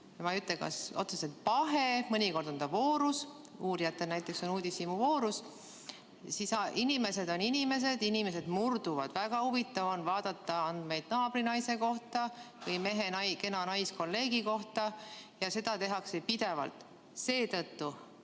Ma ei ütle, et see on otseselt pahe, mõnikord on ta voorus, uurijatel on uudishimu voorus. Aga inimesed on inimesed, inimesed murduvad. Väga huvitav on vaadata andmeid naabrinaise kohta või mehe kena naiskolleegi kohta. Seda tehakse pidevalt. Selles